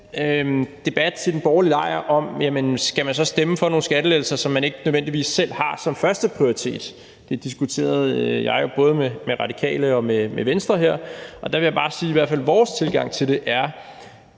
debat i den borgerlige lejr af, om man så skal stemme for nogle skattelettelser, som man ikke nødvendigvis selv har som førsteprioritet – det diskuterede jeg jo her både med Radikale og med Venstre – og der vil jeg i hvert fald bare sige, at vores tilgang til det er,